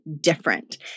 different